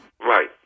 Right